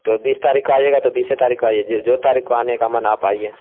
تو بیس تاریخ کو آئیے گا تو بیسے تاریخ کو آئیے جو تاریخ کو آنے من آپ آئیے